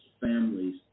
families